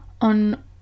on